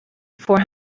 four